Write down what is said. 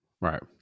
Right